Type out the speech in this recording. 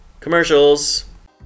Commercials